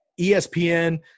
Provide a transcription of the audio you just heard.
ESPN